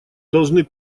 должны